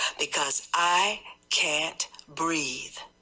because, i can't breathe?